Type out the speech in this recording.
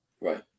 Right